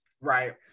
Right